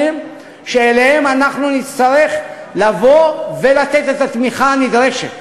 שאליהם נצטרך לבוא ולתת את התמיכה הנדרשת.